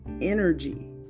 energy